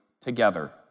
together